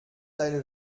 deine